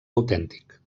autèntic